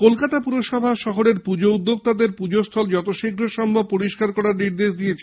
কলকাতা পুরসভা শহরের পুজো উদ্যোক্তাদের পুজোস্থল যত শীঘ্র সম্ভব পরিস্কার করার নির্দেশ দিয়েছে